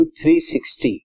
360